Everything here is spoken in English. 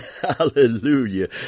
Hallelujah